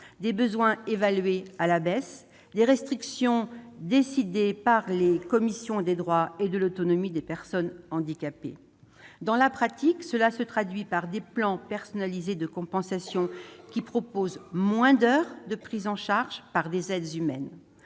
des besoins évalués à la baisse ou des restrictions décidées par les commissions des droits et de l'autonomie des personnes handicapées. Dans la pratique, cela se traduit par des plans personnalisés de compensation qui proposent moins d'heures de prise en charge par des aides humaines.